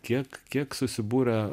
kiek kiek susibūrė